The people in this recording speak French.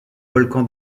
volcan